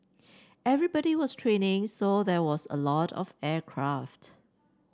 everybody was training so there was a lot of aircraft